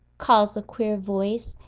calls a queer voice,